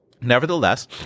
Nevertheless